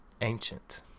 ancient